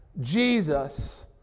Jesus